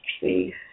See